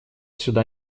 сюда